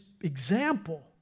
example